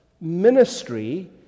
ministry